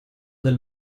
del